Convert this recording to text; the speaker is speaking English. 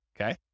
Okay